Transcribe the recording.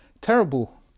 terrible